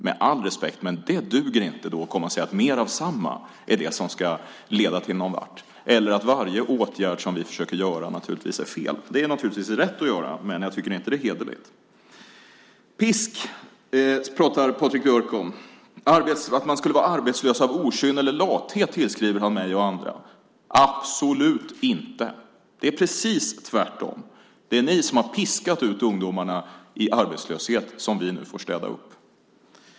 Med all respekt: Det duger inte att komma att säga att mer av samma är det som ska leda någon vart, eller att varje åtgärd som vi försöker göra är fel. Det har ni naturligtvis rätt att göra, men jag tycker inte att det är hederligt. Patrik Björck talar om pisk, och han tillskriver mig och andra att vi anser att människor skulle vara arbetslösa av okynne eller lathet. Så är det absolut inte! Det är precis tvärtom. Det är ni som har piskat ut ungdomarna i en arbetslöshet som vi nu får städa upp.